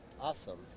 awesome